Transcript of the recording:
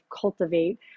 cultivate